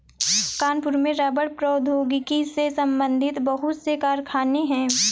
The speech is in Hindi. कानपुर में रबड़ प्रौद्योगिकी से संबंधित बहुत से कारखाने है